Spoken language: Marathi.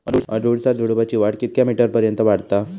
अडुळसा झुडूपाची वाढ कितक्या मीटर पर्यंत वाढता?